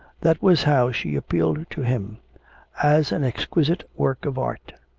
that was how she appealed to him as an exquisite work of art.